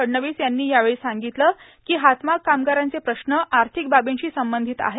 फडणवीस यांनी यावेळी सांगितलं की हातमाग कामगारांचे प्रश्न आर्थिक बाबींशी संबंधित आहेत